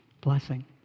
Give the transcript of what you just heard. blessing